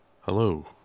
Hello